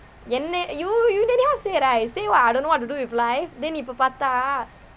என்ன:enna you you anyhow say right say [what] I don't know what to do with life then இப்போ பார்த்தா:ippo paarthaa